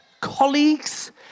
colleagues